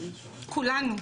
כולנו,